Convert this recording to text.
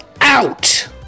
out